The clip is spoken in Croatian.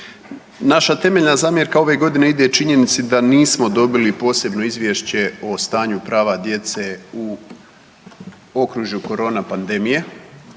Naša temeljna zamjerka ove godine ide činjenici da nismo dobili posebno izvješće o stanju prava djece u okružuju korona pandemije